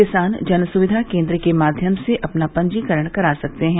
किसान जन सुविधा केन्द्र के माध्यम से अपना पंजीकरण करा सकते हैं